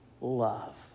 love